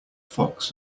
fox